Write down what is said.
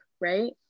right